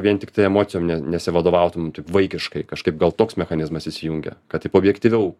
vien tiktai emocijom ne nesivadovautum taip vaikiškai kažkaip gal toks mechanizmas įsijungia kad taip objektyviau